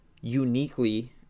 uniquely